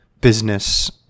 business